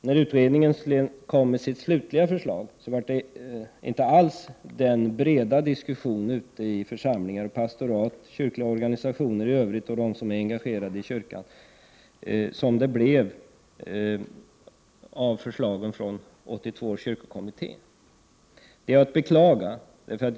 När kyrkomusikerutredningen sedan kom med sitt slutliga förslag blev det inte alls den breda diskussion ute i församlingar och pastorat, kyrkliga organisationer i övrigt samt bland dem som är engagerade i kyrkan, som ägde rum över förslagen från 1982 års kyrkokommitté. Detta är att beklaga.